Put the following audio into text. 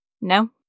No